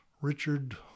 Richard